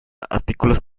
artículos